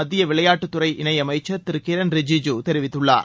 மத்திய விளையாட்டுத்துறை இணையமைச்சர் திரு கிரண் ரிஜிஜூ தெரிவித்துள்ளார்